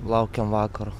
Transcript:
laukiam vakaro